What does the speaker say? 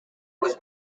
was